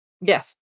Yes